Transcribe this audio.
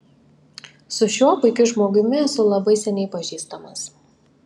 su šiuo puikiu žmogumi esu labai seniai pažįstamas